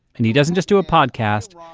and he doesn't just do a podcast,